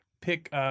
pick